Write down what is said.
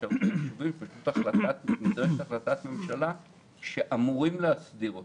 יש החלטת ממשלה שאמורים להסדיר אותם.